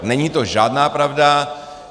Není to žádná pravda.